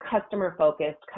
customer-focused